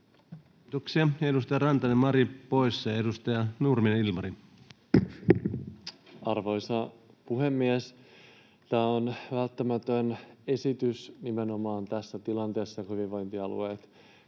Kiitoksia. — Edustaja Rantanen, Mari, poissa. — Edustaja Nurminen, Ilmari. Arvoisa puhemies! Tämä on välttämätön esitys nimenomaan tässä tilanteessa, kun hyvinvointialueet käynnistyvät